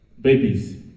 babies